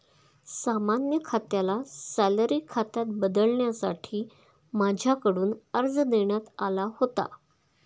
सामान्य खात्याला सॅलरी खात्यात बदलण्यासाठी माझ्याकडून अर्ज देण्यात आला होता